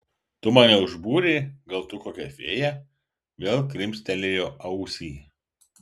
tu mane užbūrei gal tu kokia fėja vėl krimstelėjo ausį